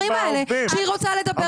אם מעסיק רוצה לקבוע